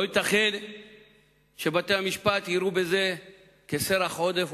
לא ייתכן שבתי-המשפט יראו בזה סרח עודף,